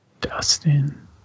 Dustin